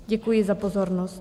Děkuji za pozornost.